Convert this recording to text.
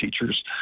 teachers